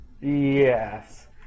Yes